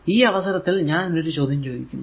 ഈ അവസരത്തിൽ ഞാൻ ഒരു ചോദ്യം ചോദിക്കുന്നു